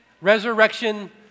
Resurrection